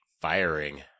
Firing